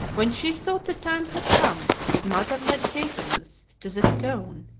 when she thought the time had come, his mother led theseus to the stone,